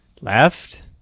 Left